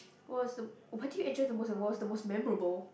was the what did you enjoy the most and what was the most memorable